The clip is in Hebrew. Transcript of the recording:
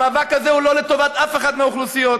והמאבק הזה הוא לא לטובת אף אחת מהאוכלוסיות.